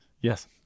Yes